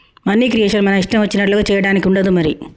money creation మన ఇష్టం వచ్చినట్లుగా చేయడానికి ఉండదు మరి